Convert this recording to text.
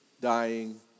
dying